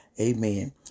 amen